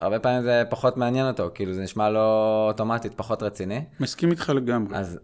הרבה פעמים זה פחות מעניין אותו, כאילו זה נשמע לו אוטומטית פחות רציני. מסכים איתך לגמרי.